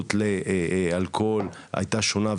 ההתייחסות לאלכוהול היתה שונה,